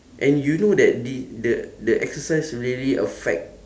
and you know that the the the exercise really affect